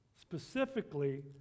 specifically